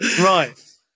right